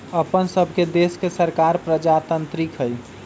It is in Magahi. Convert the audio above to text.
अप्पन सभके देश के सरकार प्रजातान्त्रिक हइ